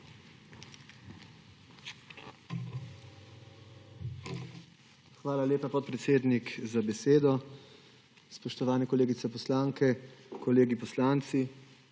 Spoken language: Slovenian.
Hvala lepa, podpredsednik, za besedo. Spoštovane kolegice poslanke, kolegi poslanci,